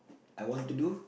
I want to do